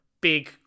big